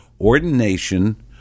Ordination